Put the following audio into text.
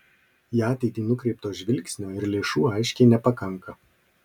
į ateitį nukreipto žvilgsnio ir lėšų aiškiai nepakanka